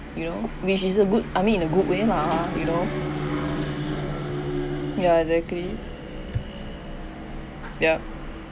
you know which is a good I mean in a good way lah ha you know ya exactly ya